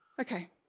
okay